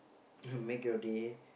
to make your day